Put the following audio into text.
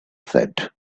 said